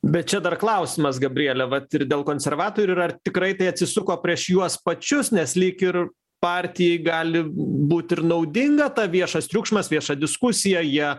bet čia dar klausimas gabriele vat ir dėl konservatorių ir ar tikrai tai atsisuko prieš juos pačius nes lyg ir partijai gali būt ir naudinga ta viešas triukšmas vieša diskusija jie